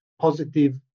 positive